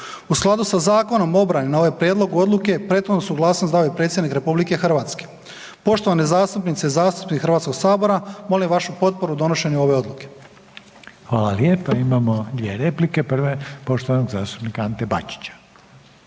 U skladu sa Zakonom o obrani na ovaj prijedlog odluke, prethodnu suglasnost dao je Predsjednik RH. Poštovane zastupnice i zastupnici Hrvatskog sabora, molim vašu potporu o donošenju ove odluke. **Reiner, Željko (HDZ)** Hvala lijepa. Imamo dvije replika, prva je poštovanog zastupnika Ante Bačića.